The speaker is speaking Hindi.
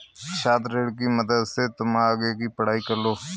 छात्र ऋण की मदद से तुम आगे की पढ़ाई कर लो